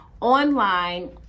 online